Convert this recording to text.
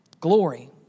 glory